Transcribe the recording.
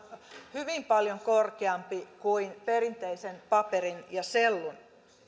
hyvin paljon korkeampi kuin perinteisen paperin ja sellun